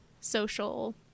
social